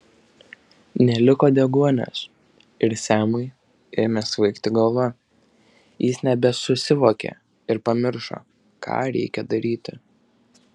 neliko deguonies ir semui ėmė svaigti galva jis nebesusivokė ir pamiršo ką reikia daryti